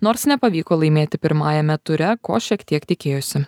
nors nepavyko laimėti pirmajame ture ko šiek tiek tikėjosi